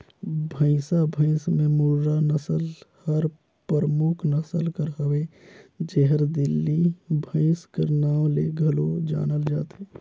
भंइसा भंइस में मुर्रा नसल हर परमुख नसल कर हवे जेहर दिल्ली भंइस कर नांव ले घलो जानल जाथे